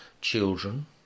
children